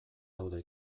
daude